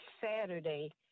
Saturday